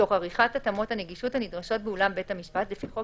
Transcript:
תוך עריכת התאמות הנגישות הנדרשות באולם בית המשפט לפי חוק